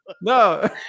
No